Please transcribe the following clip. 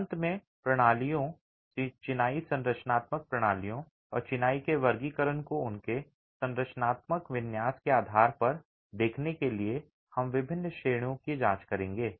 अंत में प्रणालियों चिनाई संरचनात्मक प्रणालियों और चिनाई के वर्गीकरण को उनके संरचनात्मक विन्यास के आधार पर देखने के लिए हम विभिन्न श्रेणियों की जांच करेंगे